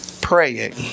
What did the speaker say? praying